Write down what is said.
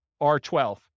R12